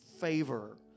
favor